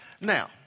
Now